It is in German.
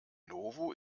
novo